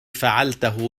فعلته